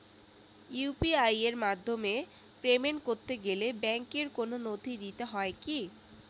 UPI এর মাধ্যমে payment করতে গেলে ব্যাংকের কোন নথি দিতে হয় কি?